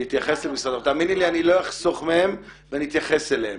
אני לא אחסוך מהם ואני אתייחס להם.